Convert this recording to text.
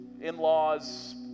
in-laws